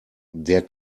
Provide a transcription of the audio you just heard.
der